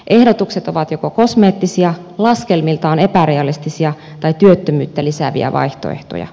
ehdotukset ovat joko kosmeettisia laskelmiltaan epärealistisia tai työttömyyttä lisääviä vaihtoehtoja